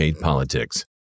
politics